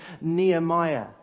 Nehemiah